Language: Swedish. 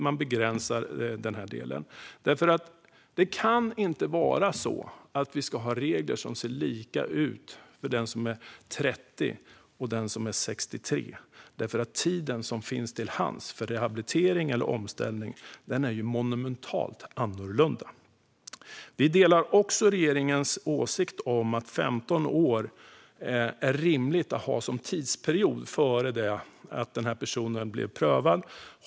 Man begränsar den här delen. Det kan inte vara så att vi ska ha regler som ser lika ut för den som är 30 och den som är 63. Tiden som finns till hands för rehabilitering eller omställning är ju monumentalt olika. Vi delar också regeringens åsikt att 15 år är rimligt att ha som tidsperiod före det att den här personen blir prövad.